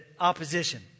opposition